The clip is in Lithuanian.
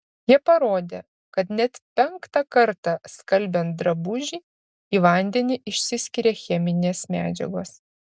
jie parodė kad net penktą kartą skalbiant drabužį į vandenį išsiskiria cheminės medžiagos